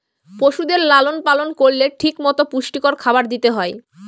পশুদের লালন পালন করলে ঠিক মতো পুষ্টিকর খাবার দিতে হয়